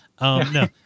No